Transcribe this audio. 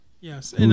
Yes